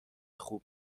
خوب